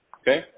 Okay